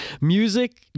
music